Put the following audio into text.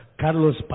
Carlos